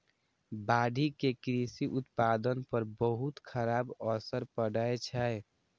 बाढ़ि के कृषि उत्पादन पर बहुत खराब असर पड़ै छै